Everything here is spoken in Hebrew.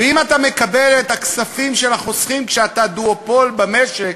ואם אתה מקבל את הכספים של החוסכים כשאתה דואופול במשק,